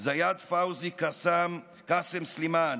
זיאד פאוזי קאסם סלימאן,